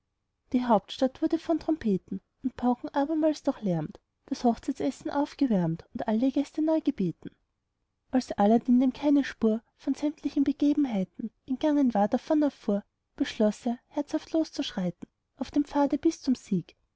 die hauptstadt wurde von trompeten und pauken abermals durchlärmt das hochzeitsessen aufgewärmt und alle gäste neu gebeten als aladdin dem keine spur von sämtlichen begebenheiten entgangen war davon erfuhr beschloß er herzhaft fortzuschreiten auf seinem pfade bis zum sieg